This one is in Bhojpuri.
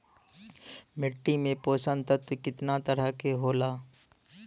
मिट्टी में पोषक तत्व कितना तरह के होला?